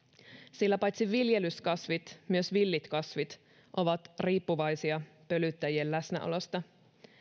sillä paitsi viljelyskasvit myös villit kasvit ovat riippuvaisia pölyttäjien läsnäolosta